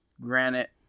granite